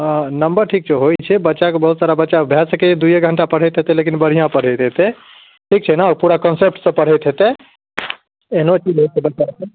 हँ नम्बर ठीक छै होइ छै बच्चाके बहुत सारा बच्चा भऽ सकैए दुइए घण्टा पढ़ैत हेतै लेकिन बढ़िआँ पढ़ैत हेतै ठीक छै ने पूरा कन्सेप्टसँ पढ़ैत हेतै एहिनो कि होइ छै बच्चा मतलब